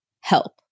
help